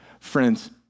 Friends